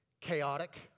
chaotic